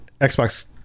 Xbox